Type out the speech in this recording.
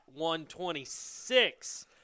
126